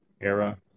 era